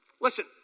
listen